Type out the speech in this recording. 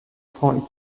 francs